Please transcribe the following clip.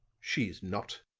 she's not.